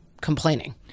complaining